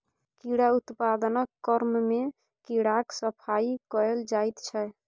कीड़ा उत्पादनक क्रममे कीड़ाक सफाई कएल जाइत छै